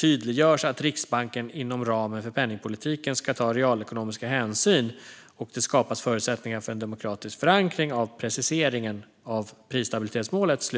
tydliggörs att Riksbanken inom ramen för penningpolitiken ska ta realekonomiska hänsyn och att det skapas förutsättningar för en demokratisk förankring av preciseringen av prisstabilitetsmålet.